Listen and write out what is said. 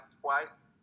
twice